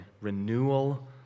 renewal